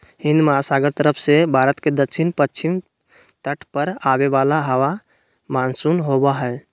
हिन्दमहासागर तरफ से भारत के दक्षिण पश्चिम तट पर आवे वाला हवा मानसून होबा हइ